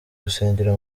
gusengera